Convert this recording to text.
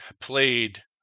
played